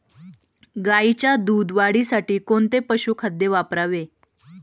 गाईच्या दूध वाढीसाठी कोणते पशुखाद्य वापरावे?